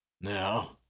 Now